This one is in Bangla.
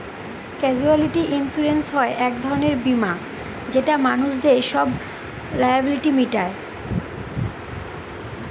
ক্যাসুয়ালিটি ইন্সুরেন্স হয় এক ধরনের বীমা যেটা মানুষদের সব লায়াবিলিটি মিটায়